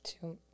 Two